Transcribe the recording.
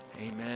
amen